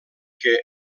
què